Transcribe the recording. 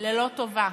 ללא טובה.